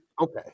okay